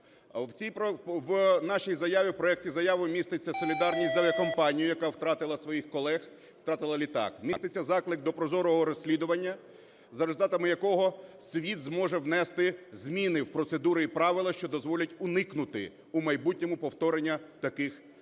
заяві, проекті заяви, міститься солідарність з авіакомпанією, яка втратила своїх колег, втратила літак, міститься заклик до прозорого розслідування, за результатами якого світ зможе внести зміни в процедури і правила, що дозволять уникнути в майбутньому повторення таких катастроф.